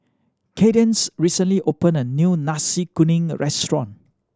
Kaydence recently opened a new Nasi Kuning restaurant